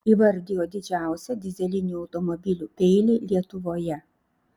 įvardijo didžiausią dyzelinių automobilių peilį lietuvoje